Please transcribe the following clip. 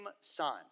Son